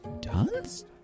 Dance